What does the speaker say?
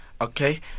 Okay